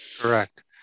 Correct